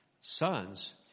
sons